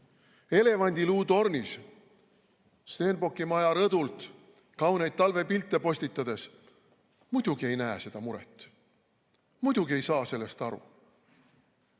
Elevandiluutornis Stenbocki maja rõdult kauneid talvepilte postitades muidugi ei näe seda muret, muidugi ei saa sellest aru.